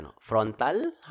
frontal